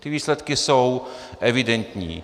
Ty výsledky jsou evidentní.